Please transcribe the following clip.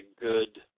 good